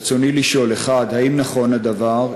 רצוני לשאול: 1. האם נכון הדבר?